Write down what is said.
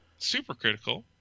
supercritical